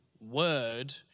word